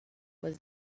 was